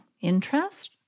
Interest